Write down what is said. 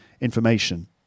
information